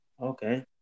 Okay